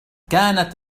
كانت